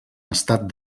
estat